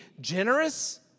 generous